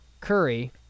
curry